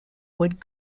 wood